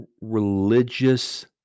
religious